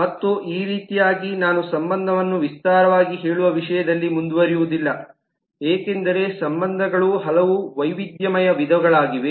ಮತ್ತು ಈ ರೀತಿಯಾಗಿ ನಾನು ಸಂಬಂಧವನ್ನು ವಿಸ್ತಾರವಾಗಿ ಹೇಳುವ ವಿಷಯದಲ್ಲಿ ಮುಂದುವರಿಯುವುದಿಲ್ಲ ಏಕೆಂದರೆ ಸಂಬಂಧಗಳು ಹಲವು ವೈವಿಧ್ಯಮಯ ವಿಧಗಳಾಗಿವೆ